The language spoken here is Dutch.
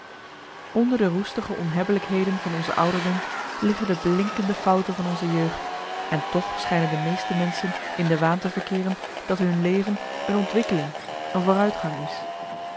onder de roestige onhebbelijkheden van onze ouderdom liggen de blinkende fouten van onze jeugd en marcellus emants een nagelaten bekentenis toch schijnen de meeste menschen in de waan te verkeeren dat hun leven een ontwikkeling een vooruitgang is